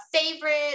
favorite